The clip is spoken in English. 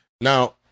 now